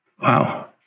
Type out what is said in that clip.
Wow